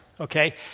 Okay